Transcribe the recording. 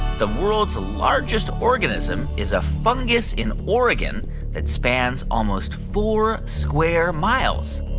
the world's largest organism is a fungus in oregon that spans almost four square miles?